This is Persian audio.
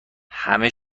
همه